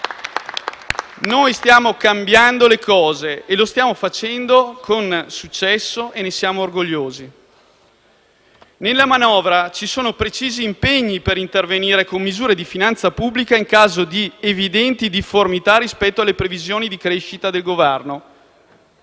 Noi stiamo cambiando le cose: lo stiamo facendo con successo e ne siamo orgogliosi. Nella manovra ci sono precisi impegni per intervenire con misure di finanza pubblica in caso di evidenti difformità rispetto alle previsioni di crescita del Governo.